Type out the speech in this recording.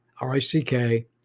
R-I-C-K